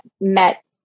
met